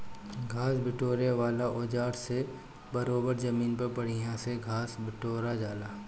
घास बिटोरे वाला औज़ार से बरोबर जमीन पर बढ़िया से घास बिटोरा जाला